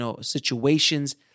situations